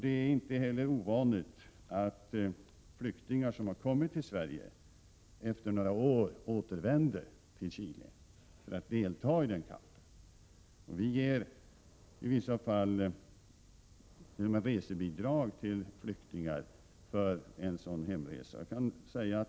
Det är inte heller ovanligt att flyktingar som har kommit till Sverige återvänder till Chile efter några år för att delta i den kampen. Vi ger i vissa fall t.o.m. resebidrag till flyktingar för en sådan hemresa.